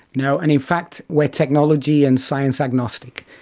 no and in fact we're technology and science agnostic.